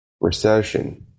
Recession